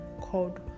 called